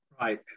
Right